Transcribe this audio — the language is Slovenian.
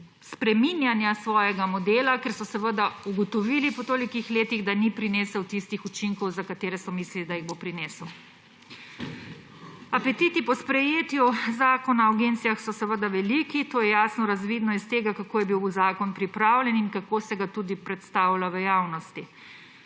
spreminjanja svojega modela, ker so po tolikih letih ugotovili, da ni prinesel tistih učinkov, za katere so mislili, da jih bo prinesel. Apetiti po sprejetju zakona o agencijah so veliki. To je jasno razvidno iz tega, kako je bil zakon pripravljen in kako se ga tudi predstavlja v javnosti.